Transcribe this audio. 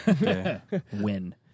Win